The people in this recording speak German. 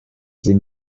sie